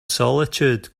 solitude